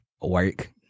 work